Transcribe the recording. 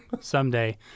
Someday